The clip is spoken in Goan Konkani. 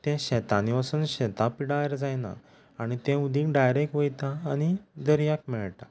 तें शेतांनी वचून शेतां पिडार जायना आनी तें उदीक डायरेक्ट वयता आनी दर्याक मेळटा